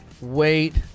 wait